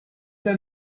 der